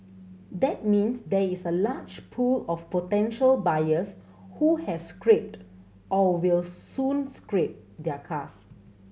that means there is a large pool of potential buyers who have scrapped or will soon scrap their cars